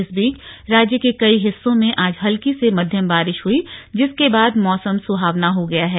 इस बीच राज्य के कई हिस्सों में आज हल्की से मध्यम बारिश हुई जिसके बाद मौसम सुहावना हो गया है